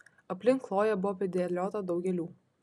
aplink chloję buvo pridėliota daug gėlių